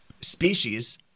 species